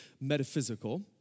metaphysical